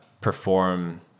perform